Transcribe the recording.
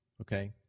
okay